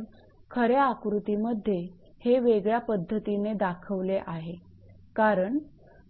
पण खऱ्या आकृतीमध्ये हे वेगळ्या पद्धतीने दाखवले आहे कारण